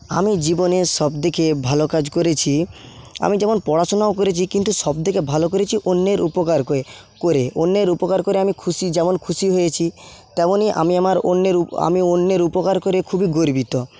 আমি জীবনের সবদিকে ভালো কাজ করেছি আমি যেমন পড়াশোনাও করেছি কিন্তু সব থেকে ভালো করেছি অন্যের উপকার কয়ে করে অন্যের উপকার করে আমি খুশি যেমন খুশি হয়েছি তেমনই আমি আমার অন্যের উ আমি অন্যের উপকার করে খুবই গর্বিত